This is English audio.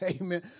Amen